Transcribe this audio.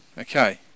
Okay